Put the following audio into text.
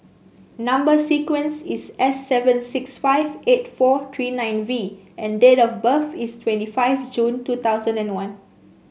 number sequence is S seven six five eight four three nine V and date of birth is twenty five June two thousand and one